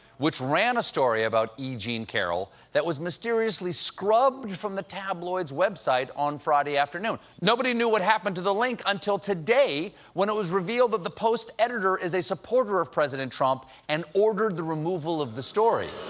which ran a story about e. jean carroll, that was mysteriously scrubbed from the tabloid's website on friday afternoon. nobody knew what happened to the link until today, when it was revealed that the post editor is a supporter of president trump and ordered the removal of the story.